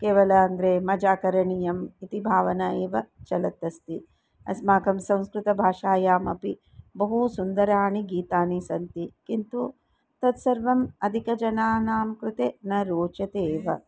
केवल अन्तरे मजा करणीयम् इति भावना एव चलत् अस्ति अस्माकं संस्कृतभाषायामपि बहु सुन्दराणि गीतानि सन्ति किन्तु तत्सर्वम् अधिकजनानां कृते न रोचते एव